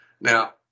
Now